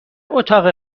اتاق